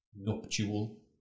nuptial